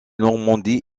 normandie